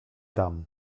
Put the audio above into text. tam